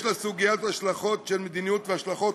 יש לסוגיה הזאת השלכות של מדיניות והשלכות